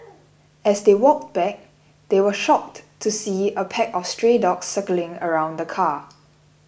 as they walked back they were shocked to see a pack of stray dogs circling around the car